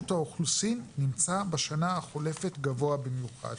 האוכלוסין נמצא בשנה החולפת גבוה במיוחד.